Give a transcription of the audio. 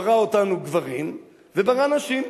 ברא אותנו גברים, וברא נשים.